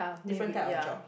different type of job